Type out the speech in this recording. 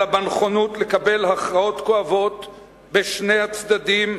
אלא בנכונות לקבל הכרעות כואבות בשני הצדדים,